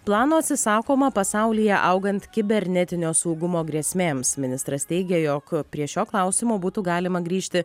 plano atsisakoma pasaulyje augant kibernetinio saugumo grėsmėms ministras teigia jog prie šio klausimo būtų galima grįžti